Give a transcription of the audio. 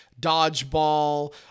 Dodgeball